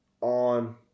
on